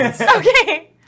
Okay